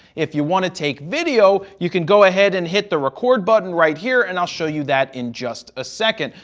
if you want to take video, you can go ahead and hit the record button right here and i'll show you that in just a second.